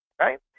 Right